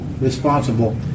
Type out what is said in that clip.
responsible